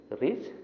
reach